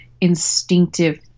instinctive